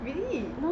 really